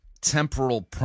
temporal